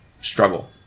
struggle